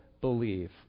believe